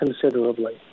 considerably